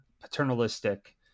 paternalistic